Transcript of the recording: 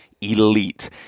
elite